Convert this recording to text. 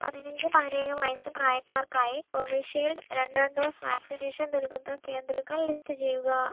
പതിനഞ്ച് പതിനേഴ് വയസ്സ് പ്രായക്കാർക്കായി കോവിഷീൽഡ് രണ്ടാം ഡോസ് വാക്സിനേഷൻ നൽകുന്ന കേന്ദ്രങ്ങൾ ലിസ്റ്റ് ചെയ്യുക